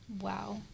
Wow